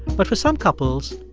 but for some couples,